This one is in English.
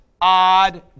odd